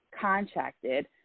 contracted